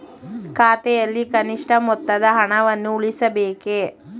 ಖಾತೆಯಲ್ಲಿ ಕನಿಷ್ಠ ಮೊತ್ತದ ಹಣವನ್ನು ಉಳಿಸಬೇಕೇ?